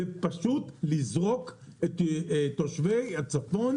זה פשוט לזרוק את תושבי הצפון